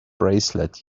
bracelet